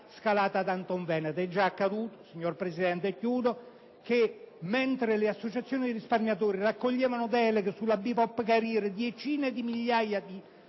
scalata di Antonveneta. È già accaduto, signor Presidente, che, mentre le associazioni dei risparmiatori raccoglievano deleghe sulla Bipop/Carire (decine di migliaia di